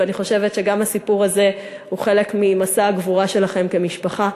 ואני חושבת שגם הסיפור הזה הוא חלק ממסע הגבורה שלכם כמשפחה.